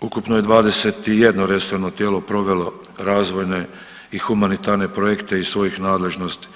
ukupno je 21 resorno tijelo provelo razvojne i humanitarne projekte iz svojih nadležnosti.